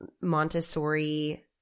Montessori